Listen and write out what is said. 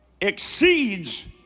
exceeds